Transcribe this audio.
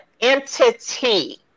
entity